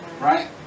Right